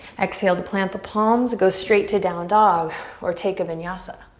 exhale to plant the palms, go straight to down dog or take a vinyasa.